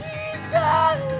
Jesus